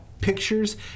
pictures